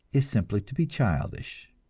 is simply to be childish.